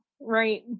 Right